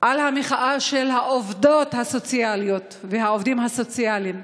על המחאה של העובדות הסוציאליות והעובדים הסוציאליים,